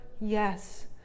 yes